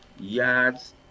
yards